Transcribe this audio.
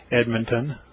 Edmonton